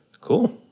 Cool